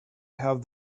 have